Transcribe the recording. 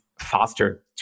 faster